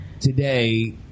today